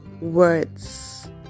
words